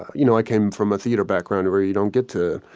you know, i came from a theater background where you don't get to